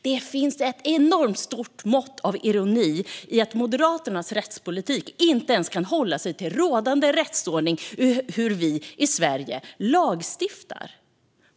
Det finns ett enormt stort mått av ironi att Moderaternas rättspolitik inte ens kan hålla sig till rådande rättsordning för hur vi i Sverige lagstiftar.